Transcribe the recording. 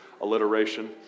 alliteration